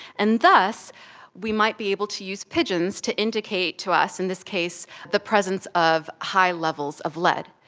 and thus we might be able to use pigeons to indicate to us, in this case, the presence of high levels of lead.